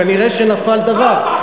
כנראה נפל דבר.